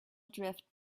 drift